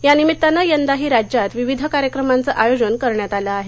या निमित्तानं यंदाही राज्यात विविध कार्यक्रमांचं आयोजन करण्यात आलं आहे